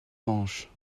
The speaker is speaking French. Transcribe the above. manches